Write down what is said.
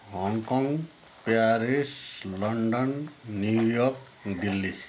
Hong Kong Paris London New York Delhi